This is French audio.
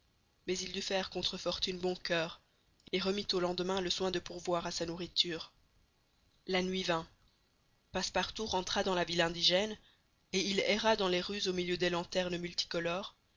mais il dut faire contre fortune bon coeur et remit au lendemain le soin de pourvoir à sa nourriture la nuit vint passepartout rentra dans la ville indigène et il erra dans les rues au milieu des lanternes multicolores